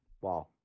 Wow